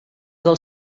del